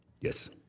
yes